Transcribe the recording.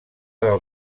del